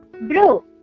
Bro